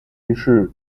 于是